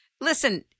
Listen